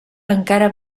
encara